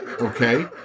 okay